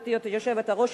גברתי היושבת-ראש,